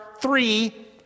three